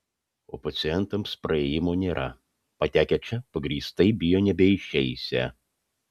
o pacientams praėjimo nėra patekę čia pagrįstai bijo nebeišeisią